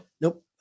Nope